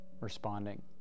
responding